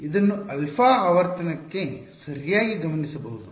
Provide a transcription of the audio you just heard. ಇದನ್ನು ಅಲ್ಫಾ ಆವರ್ತನಕ್ಕೆ ಸರಿಯಾಗಿ ಗಮನಿಸಬಹುದು